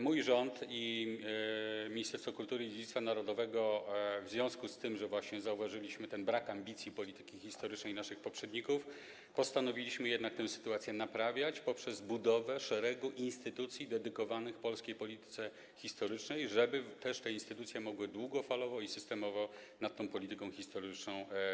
Mój rząd, i Ministerstwo Kultury i Dziedzictwa Narodowego, w związku z tym, że zauważyliśmy brak ambicji dotyczących polityki historycznej naszych poprzedników, postanowił jednak tę sytuację naprawiać poprzez budowę szeregu instytucji dedykowanych polskiej polityce historycznej, żeby te instytucje mogły długofalowo i systemowo pracować nad polityką historyczną.